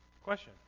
Question